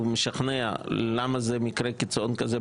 משכנע למה זה מקרה קיצון כזה,